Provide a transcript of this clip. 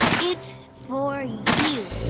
it's for you.